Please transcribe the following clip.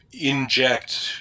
inject